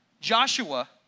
Joshua